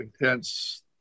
intense